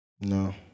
No